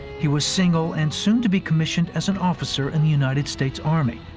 he was single, and soon to be commissioned as an officer in the united states army.